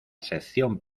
sección